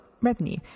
revenue